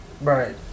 Right